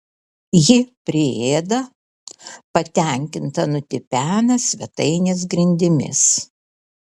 ji priėda patenkinta nutipena svetainės grindimis